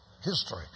history